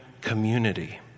community